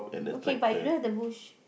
okay but you don't have the bush